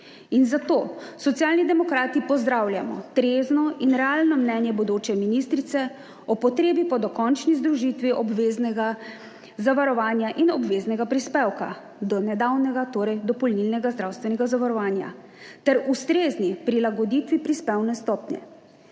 In zato Socialni demokrati pozdravljamo trezno in realno mnenje bodoče ministrice o potrebi po dokončni združitvi obveznega zavarovanja in obveznega prispevka, do nedavnega torej dopolnilnega zdravstvenega zavarovanja ter ustrezni prilagoditvi prispevne stopnje.